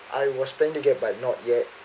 I was planning to get but not yet